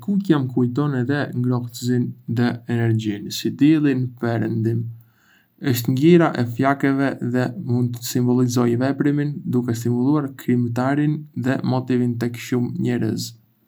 E kuqja më kujton ngrohtësinë dhe energjinë, si dielli në perëndim. Është ngjyra e flakëve dhe mund të simbolizojë veprimin, duke stimuluar krijimtarinë dhe motivimin tek shumë njerëz.